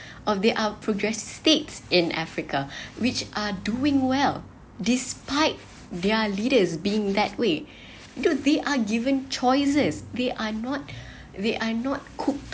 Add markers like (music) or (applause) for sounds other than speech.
or they are progressive in africa (breath) which are doing well despite their leaders being that way (breath) do they are given choices they are not (breath) they are not cook